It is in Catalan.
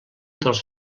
dels